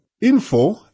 info